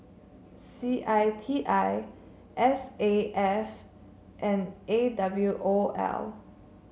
C I T I S A F and A W O L